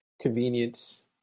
convenience